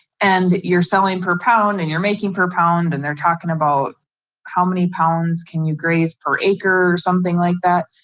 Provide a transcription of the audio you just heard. and you're selling per pound, and you're making per pound, and they're talking about how many pounds can you graze per acre something like that?